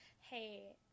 hey